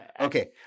Okay